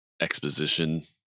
exposition